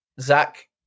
zach